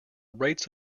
rates